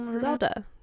Zelda